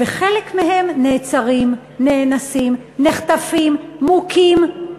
וחלק מהם נעצרים, נאנסים, נחטפים, מוכים.